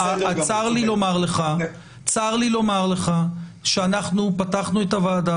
צר לי לומר לך שאנחנו פתחנו את הוועדה